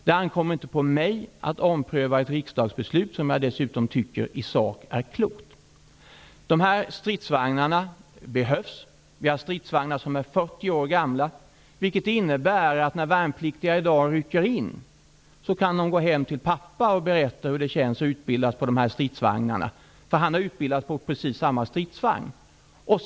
Det ankommer inte på mig att ompröva ett riksdagsbeslut, som jag dessutom tycker i sak är klokt. De här stridsvagnarna behövs. Vi har stridsvagnar som är 40 år gamla, vilket innebär att när värnpliktiga i dag rycker in kan de gå hem till pappa och berätta hur det känns att utbildas på dessa stridsvagnar. Pappan har nämligen utbildats på precis samma stridsvagnar.